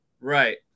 Right